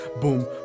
boom